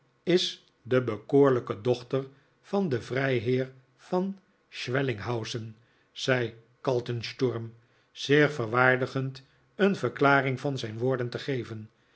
is de bekoorlijke dochter van den vrijheer van schwellinghausen zei kaltensturm zich verwaardigend een verklaring van zijn woorden te geven